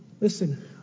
Listen